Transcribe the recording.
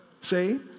see